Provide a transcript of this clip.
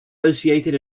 isolated